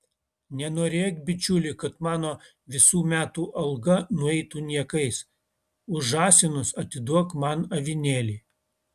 nenorėk bičiuli kad mano visų metų alga nueitų niekais už žąsinus atiduok man avinėlį